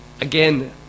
Again